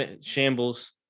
shambles